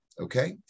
Okay